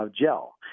gel